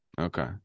Okay